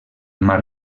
mar